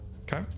Okay